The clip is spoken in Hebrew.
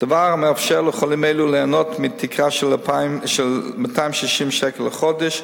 דבר המאפשר לחולים אלו ליהנות מתקרה של 260 שקל לחודש,